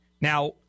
Now